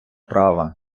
права